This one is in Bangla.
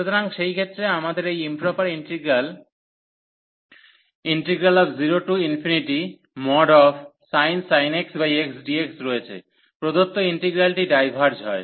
সুতরাং সেই ক্ষেত্রে আমাদের এই improper integral 0sin x xdx রয়েছে প্রদত্ত ইন্টিগ্রালটি ডাইভার্জ হয়